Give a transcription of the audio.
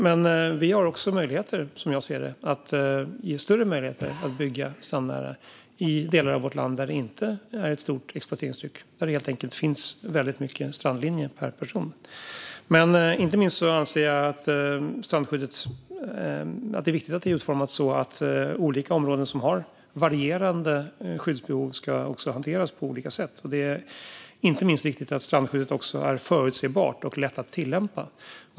Men vi har också möjlighet, som jag ser det, att i större utsträckning medge byggande i strandnära delar av vårt land där det inte är ett stort exploateringstryck utan där det helt enkelt finns väldigt mycket strandlinje per person. Men jag anser inte minst att det är viktigt att strandskyddet är utformat så att olika områden som har varierande skyddsbehov också ska hanteras på olika sätt. Det är inte minst viktigt att strandskyddet också är förutsägbart och lätt att tillämpa.